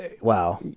wow